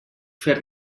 fer